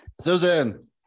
Susan